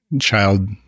child